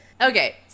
okay